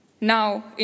Now